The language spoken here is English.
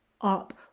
up